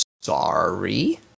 sorry